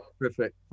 Perfect